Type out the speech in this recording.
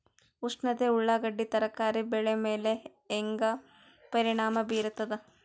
ಉಷ್ಣತೆ ಉಳ್ಳಾಗಡ್ಡಿ ತರಕಾರಿ ಬೆಳೆ ಮೇಲೆ ಹೇಂಗ ಪರಿಣಾಮ ಬೀರತದ?